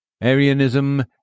Arianism